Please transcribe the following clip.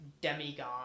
demigod